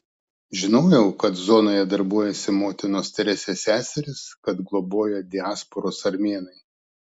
žinojau kad zonoje darbuojasi motinos teresės seserys kad globoja diasporos armėnai